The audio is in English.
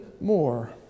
more